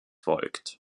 folgt